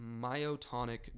myotonic